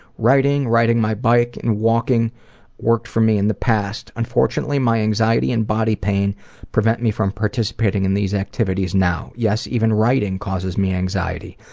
writing, riding my bike, and walking worked for me in the past. unfortunately, my anxiety and body pain prevent me from participating in these activities now. yes, even writing causes me anxiety.